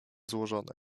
złożony